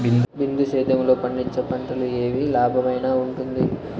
బిందు సేద్యము లో పండించే పంటలు ఏవి లాభమేనా వుంటుంది?